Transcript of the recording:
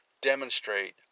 demonstrate